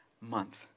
month